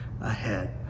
ahead